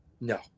No